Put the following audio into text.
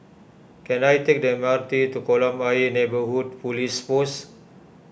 can I take the M R T to Kolam Ayer Neighbourhood Police Post